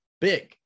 big